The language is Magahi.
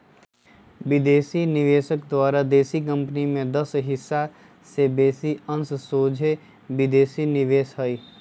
विदेशी निवेशक द्वारा देशी कंपनी में दस हिस् से बेशी अंश सोझे विदेशी निवेश हइ